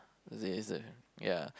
was it Razer ya